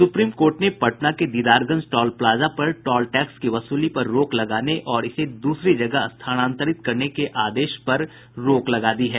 supreme court ने पटना के Didarganj toll plaza पर टॉल टैक्स की वसूली पर रोक लगाने और इसे दूसरी जगह स्थानांतरित करने के आदेश पर रोक लगा दी है